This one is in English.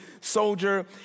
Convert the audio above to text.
soldier